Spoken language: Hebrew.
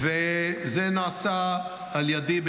-- וההכנה של